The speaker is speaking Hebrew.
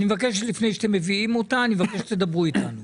אני מבקש שלפני שאתם מביאים אותה תדברו איתנו,